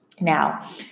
Now